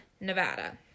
Nevada